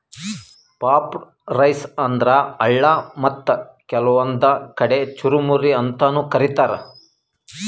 puffed rice ಅಂದ್ರ ಅಳ್ಳ ಮತ್ತ್ ಕೆಲ್ವನ್ದ್ ಕಡಿ ಚುರಮುರಿ ಅಂತಾನೂ ಕರಿತಾರ್